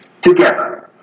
together